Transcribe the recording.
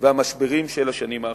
והמשברים של השנים האחרונות.